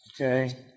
Okay